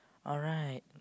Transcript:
alright